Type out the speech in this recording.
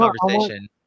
conversation